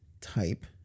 type